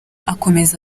akomeza